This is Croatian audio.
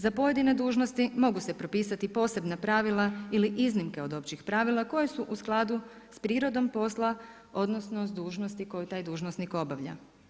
Za pojedine dužnosti mogu se propisati posebna pravila ili iznimke od općih pravila koje su u skladu sa prirodom posla odnosno s dužnosti koje taj dužnosnik obavlja.